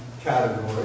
category